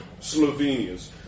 Slovenians